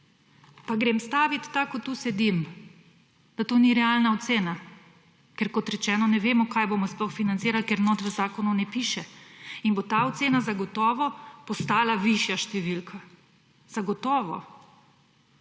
pa grem staviti, tako kot tukaj sedim, da to ni realna ocena, ker, kot rečeno, ne vemo, kaj bomo sploh financirali, ker notri v zakonu ne piše. In bo ta ocena zagotovo postala višja številka. Zagotovo.